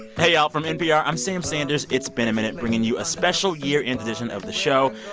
hey, y'all, from npr, i'm sam sanders, it's been a minute, bringing you a special year-end edition of the show.